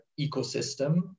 ecosystem